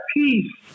peace